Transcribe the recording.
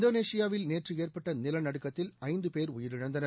இந்தேனேஷியாவில் நேற்று ஏற்பட்ட நிலநடுக்கத்தில் ஐந்து பேர் உயிரிழந்தனர்